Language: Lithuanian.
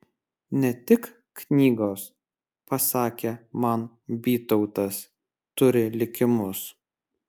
ne tik knygos pasakė man bytautas turi likimus